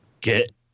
Get